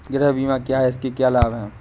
गृह बीमा क्या है इसके क्या लाभ हैं?